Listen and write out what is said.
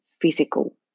physical